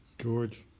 George